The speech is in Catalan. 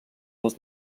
dels